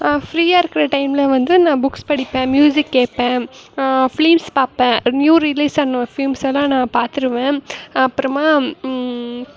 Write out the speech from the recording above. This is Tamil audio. ஃப்ரீயா இருக்கிற டைமில் வந்து நான் புக்ஸ் படிப்பேன் மியூசிக் கேட்பேன் ஃபிலிம்ஸ் பார்ப்பேன் நியூ ரிலீஸ் ஆன ஃபிலிம்ஸ் எல்லாம் நான் பார்த்துருவேன் அப்புறமா